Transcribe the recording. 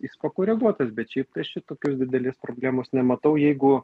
jis pakoreguotas bet šiaip tai aš čia didelės problemos nematau jeigu